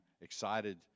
excited